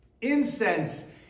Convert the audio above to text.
incense